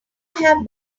have